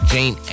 Jane